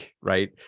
right